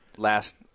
Last